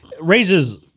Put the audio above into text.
raises